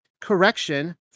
correction